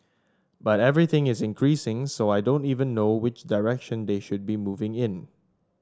but everything is increasing so I don't even know which direction they should be moving in